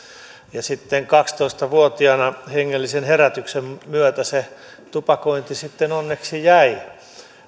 ja sitten kaksitoista vuotiaana hengellisen herätyksen myötä se tupakointi sitten onneksi jäi